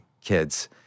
kids